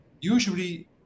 usually